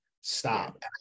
stop